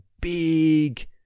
big